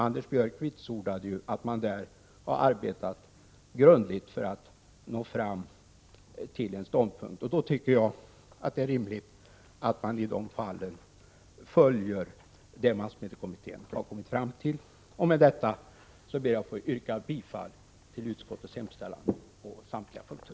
Anders Björck vitsordade att man där har arbetat grundligt för att nå fram till en ståndpunkt. Därför tycker jag att det är rimligt att man följer det som massmediekommittén har kommit fram till. Med detta ber jag att få yrka bifall till utskottets hemställan på samtliga punkter.